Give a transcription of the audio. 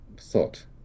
thought